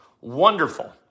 wonderful